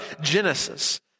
Genesis